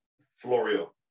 Florio